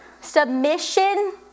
Submission